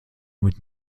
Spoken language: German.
mit